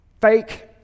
fake